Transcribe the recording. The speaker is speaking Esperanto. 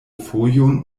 fojon